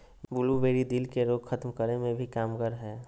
blueberry, दिल के रोग खत्म करे मे भी कामगार हय